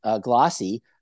glossy